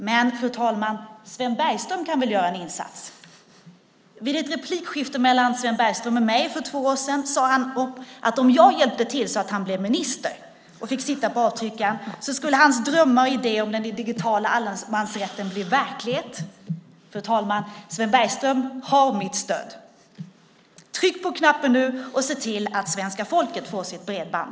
Men, fru talman, Sven Bergström kan väl göra en insats. Vid ett replikskifte mellan Sven Bergström och mig för två år sedan sade han att om jag hjälpte till så att han blev minister och fick sitta på avtryckaren skulle hans drömmar och idéer om den digitala allemansrätten bli verklighet. Fru talman! Sven Bergström har mitt stöd. Tryck på knappen nu och se till att svenska folket får sitt bredband!